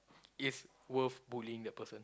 is worth bullying the person